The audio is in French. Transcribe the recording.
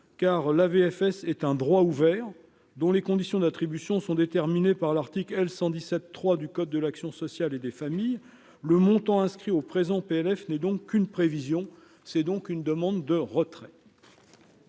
car FS est un droit ouvert dont les conditions d'attribution sont déterminés par l'article L 117 3 du code de l'action sociale et des familles, le montant inscrit au présent PNF n'est donc qu'une prévision, c'est donc une demande de retrait.